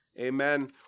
Amen